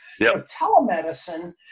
Telemedicine